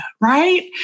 right